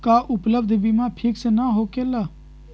का उपलब्ध बीमा फिक्स न होकेला?